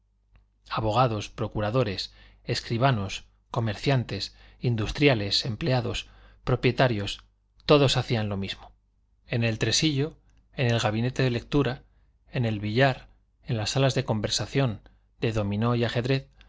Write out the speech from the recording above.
abogados procuradores escribanos comerciantes industriales empleados propietarios todos hacían lo mismo en el tresillo en el gabinete de lectura en el billar en las salas de conversación de dominó y ajedrez